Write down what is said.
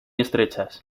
estrechas